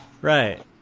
right